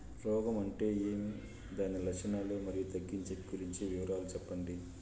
రోగం అంటే ఏమి దాని లక్షణాలు, మరియు తగ్గించేకి గురించి వివరాలు సెప్పండి?